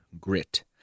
grit